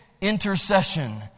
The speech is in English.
intercession